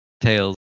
Tails